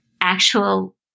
actual